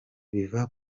biva